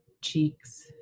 cheeks